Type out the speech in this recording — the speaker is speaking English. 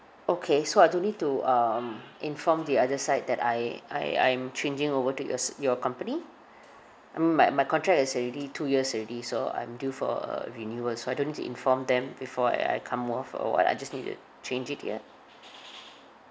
okay so I don't need to um inform the other side that I I I am changing over to your s~ your company mm my my contract is already two years already so I'm due for a renewal so I don't need to inform them before I I come off or what I just need to change it yet